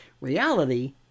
Reality